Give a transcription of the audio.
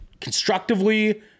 constructively